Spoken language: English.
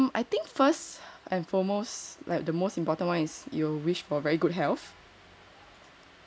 um I think first and foremost like the most important one is you wish for very good health